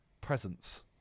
presence